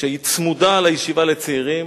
שצמודה לישיבה לצעירים